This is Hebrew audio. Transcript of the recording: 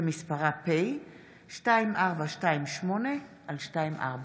שמספרה פ/2428/24.